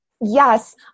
Yes